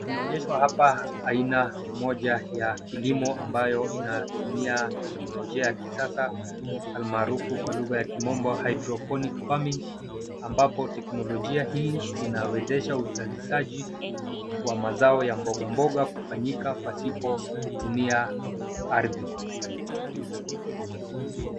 Tunaonyeshwa hapa aina moja ya kilimo ambayo inatumia teknolojia ya kisasa almaarufu kwa lugha ya kimombo hydroponic farming ambapo teknolojia hii inawezesha uzalishaji wa mazao ya mboga mboga kufanyika pasipo kutumia ardhi.